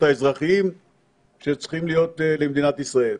האזרחיים שצריכים להיות למדינת ישראל.